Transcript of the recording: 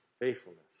faithfulness